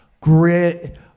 Grit